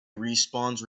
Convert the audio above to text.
respawns